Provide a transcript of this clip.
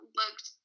looked